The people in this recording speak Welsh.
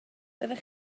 byddech